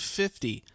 fifty